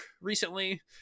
recently